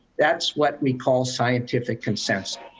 that's what we call scientific consensus.